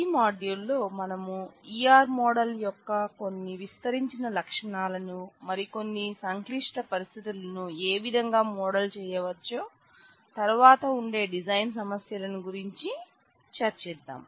ఈ మాడ్యూల్ లో మనం E R మోడల్ యొక్క కొన్ని విస్తరించిన లక్షణాలను మరికొన్ని సంక్లిష్ట పరిస్థితులను ఏవిధంగా మోడల్ చేయవచ్చు తరువాత ఉండే డిజైన్ సమస్యలను గురించి మనం చర్చిద్దాం